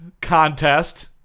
Contest